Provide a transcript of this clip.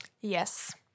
Yes